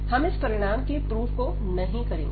हम इस परिणाम के प्रूफ को नहीं करेंगे